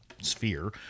sphere